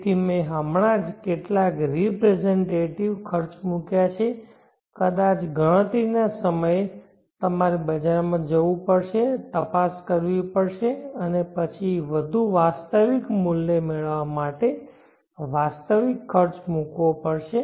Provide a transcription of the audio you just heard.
તેથી મેં હમણાં જ કેટલાક રીપ્રેઝન્ટેટિવખર્ચ મુક્યા છે કદાચ ગણતરીના સમયે તમારે બજારમાં જવું પડશે તપાસ કરવી પડશે અને પછી વધુ વાસ્તવિક મૂલ્ય મેળવવા માટે વાસ્તવિક ખર્ચ મૂકવો પડશે